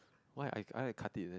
why I I like to cut it isn't